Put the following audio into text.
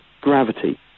gravity